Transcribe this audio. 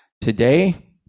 Today